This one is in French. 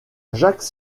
jacques